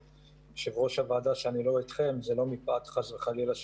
יושב-ראש הוועדה שאני לא אתכם זה חס וחלילה לא מפאת